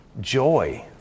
joy